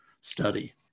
study